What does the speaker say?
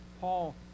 Paul